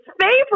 favorite